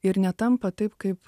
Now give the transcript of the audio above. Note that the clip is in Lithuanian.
ir netampa taip kaip